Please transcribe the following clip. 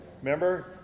Remember